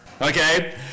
okay